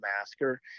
Masker